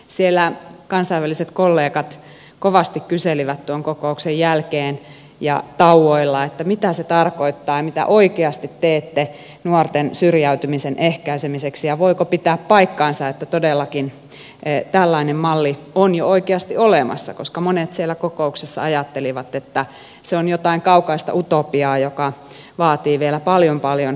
siellä kansainväliset kollegat kovasti kyselivät tuon kokouksen jälkeen ja tauoilla mitä se tarkoittaa ja mitä oikeasti teemme nuorten syrjäytymisen ehkäisemiseksi ja voiko pitää paikkansa että todellakin tällainen malli on jo oikeasti olemassa koska monet siellä kokouksessa ajattelivat että se on jotain kaukaista utopiaa joka vaatii vielä paljon paljon ponnistuksia